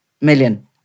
million